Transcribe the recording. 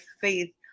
faith